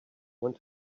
want